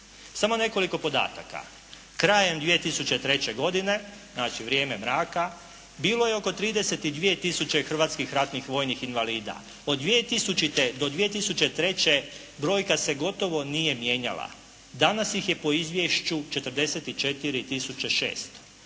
Samo nekoliko podataka. Krajem 2003. godine, znači vrijeme mraka, bilo je oko 32000 hrvatskih ratnih vojnih invalida. Od 2000. do 2003. brojka se gotovo nije mijenjala. Danas ih je po izvješću 44600.